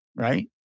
right